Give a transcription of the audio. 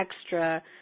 extra